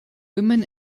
women